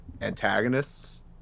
antagonists